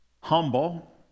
humble